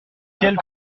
quelle